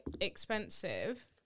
expensive